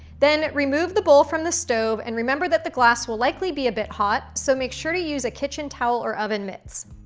then remove the bowl from the stove and remember that the glass will likely be a bit hot, so make sure to use a kitchen towel or oven mitts.